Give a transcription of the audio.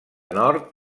nord